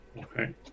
Okay